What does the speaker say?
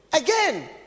Again